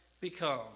become